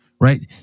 right